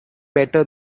better